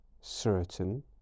certain